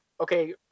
okay